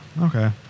Okay